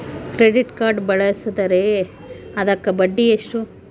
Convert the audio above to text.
Credit card ಬಳಸಿದ್ರೇ ಅದಕ್ಕ ಬಡ್ಡಿ ಎಷ್ಟು?